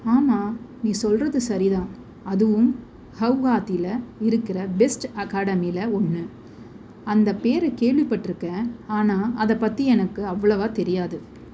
ஆமாம் நீ சொல்கிறது சரி தான் அதுவும் கெளஹாத்தியில இருக்கிற பெஸ்ட்டு அகாடமியில ஒன்று அந்த பேரை கேள்விப்பட்டிருக்கேன் ஆனால் அதை பற்றி எனக்கு அவ்வளவாக தெரியாது